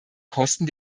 kosten